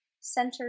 center